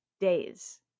days